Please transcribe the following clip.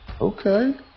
Okay